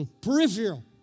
Peripheral